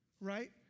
right